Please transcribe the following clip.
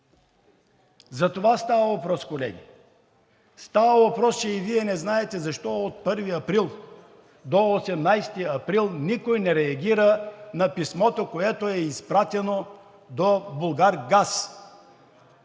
За това става въпрос, колеги, че и Вие не знаете защо от 1 април до 18 април никой не реагира на писмото, което е изпратено до „Булгаргаз“.